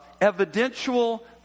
evidential